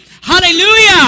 Hallelujah